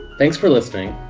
thanks for listening.